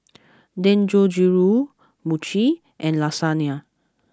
Dangojiru Mochi and Lasagna